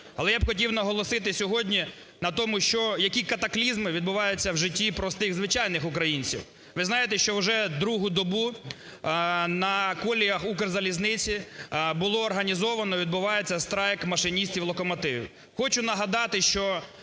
Але я б хотів наголосити сьогодні на тому, які катаклізми відбуваються в житті простих, звичайних українців. Ви знаєте, що вже другу добу на коліях "Укрзалізниці" було організовано і відбувається страйк машиністів локомотивів. Хочу нагадати, що